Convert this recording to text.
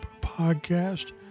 Podcast